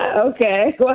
Okay